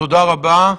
תודה רבה.